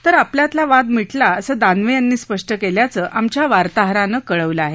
तर आपल्यातला वाद मिटला असं दानवे यांनी स्पष्ट केल्याचं आमच्या वार्ताहरानं कळवलं आहे